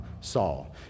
Saul